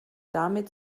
damit